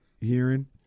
hearing